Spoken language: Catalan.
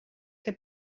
que